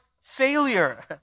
failure